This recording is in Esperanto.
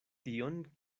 tion